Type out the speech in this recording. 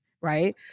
right